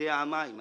תאגידי המים.